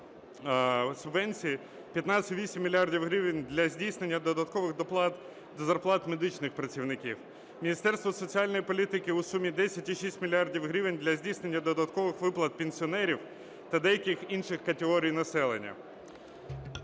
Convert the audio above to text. субвенції 15,8 мільярда гривень для здійснення додаткових доплат до зарплат медичних працівників. Міністерству соціальної політики – у сумі 10,6 мільярда гривень для здійснення додаткових виплат пенсіонерів та деяких інших категорій населення.